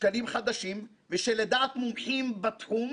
ש"ח ושלדעת מומחים בתחום